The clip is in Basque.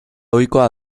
ohikoa